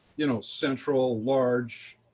you know, central, large